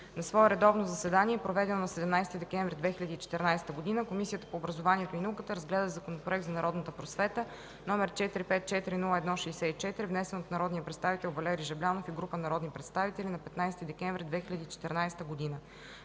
На свое редовно заседание, проведено на 17 декември 2014 г., Комисията по образованието и науката разгледа Законопроект за народната просвета, № 454-01-64, внесен от народния представител Валери Жаблянов и група народни представители на 15 декември 2014 г.